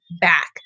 back